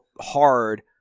hard